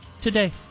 today